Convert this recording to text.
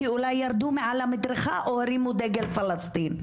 כי אולי ירדו מעל המדרכה או הרימו דגל פלסטין.